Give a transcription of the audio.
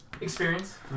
Experience